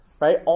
right